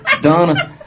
Donna